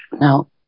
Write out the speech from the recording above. Now